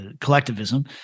collectivism